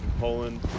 Poland